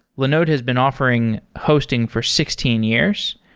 linode has been offering hosting for sixteen years,